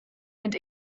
and